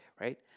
right